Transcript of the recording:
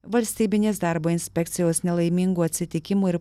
valstybinės darbo inspekcijos nelaimingų atsitikimų ir